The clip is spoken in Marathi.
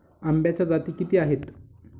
आंब्याच्या जाती किती आहेत?